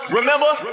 Remember